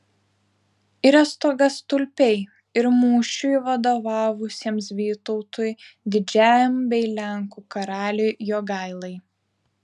yra stogastulpiai ir mūšiui vadovavusiems vytautui didžiajam bei lenkų karaliui jogailai